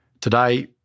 Today